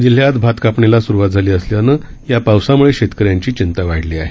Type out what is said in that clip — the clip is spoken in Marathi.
जिल्ह्यात भातकापणीला सुरुवात झाली असल्यानं या पावसाम्ळे शेतकऱ्यांची चिंता वाढली आहे